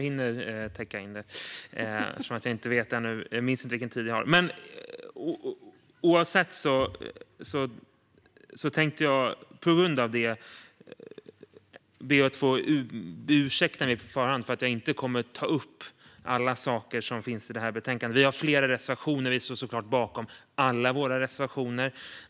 Men på grund av det tänkte jag på förhand be att få ursäkta mig för att jag inte kommer att ta upp alla saker som finns i detta betänkande. Vi står såklart bakom alla våra reservationer.